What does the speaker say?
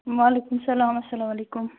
وعلیکُم سَلام اَسَلام علیکُم